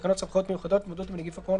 לתקנות סמכויות מיוחדות להתמודדות עם נגיף הקורונה